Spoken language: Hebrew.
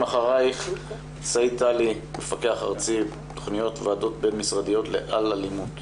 אחרייך סאיד תלי מפקח ארצי בתכניות ועדות בין משרדיות ל-אל-אלימות